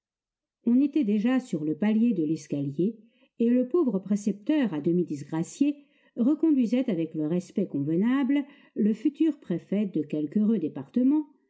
on était déjà sur le palier de l'escalier et le pauvre précepteur à demi disgracié reconduisait avec le respect convenable le futur préfet de quelque heureux département